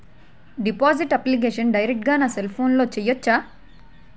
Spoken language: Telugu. డిపాజిట్ అప్లికేషన్ డైరెక్ట్ గా నా సెల్ ఫోన్లో చెయ్యచా?